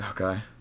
Okay